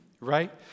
right